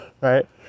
right